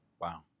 Wow